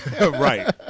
Right